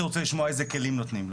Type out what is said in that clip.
הייתי רוצה לשמוע איזה כלים נותנים לו,